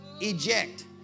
eject